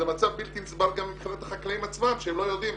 זה מצב בלתי נסבל גם מבחינת החקלאים עצמם שהם לא יודעים.